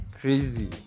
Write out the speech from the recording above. crazy